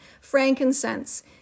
frankincense